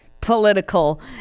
political